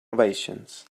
ovations